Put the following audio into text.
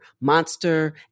Monster